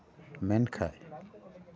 ᱢᱮᱱᱠᱷᱟᱱ